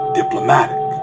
diplomatic